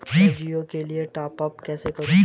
मैं जिओ के लिए टॉप अप कैसे करूँ?